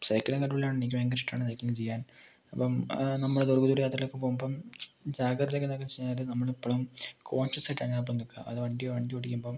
cycling അതല്ലാണ്ട് പറയുവാണെങ്കിൽ എനിക്ക് ഭയങ്കര ഇഷ്ട്ടമാണ് സൈക്ലിങ്ങ് ചെയ്യാൻ അപ്പം നമ്മൾഒരു പാട് യാത്രയൊക്കെ പോകുമ്പോൾ ജാഗ്രതേന്നൊക്കെ ചെയ്താലും നമ്മളിപ്ലും കോൺഷ്യസായിട്ടാണ് അപ്പം നിൽക്കുക അത് വണ്ടി വണ്ടി ഓടിക്കുമ്പം